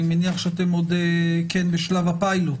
אני מניח שאתם עוד בשלב הפיילוט